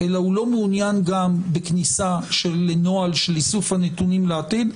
אלא הוא גם לא מעוניין בכניסה של נוהל של איסוף הנתונים לעתיד,